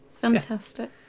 Fantastic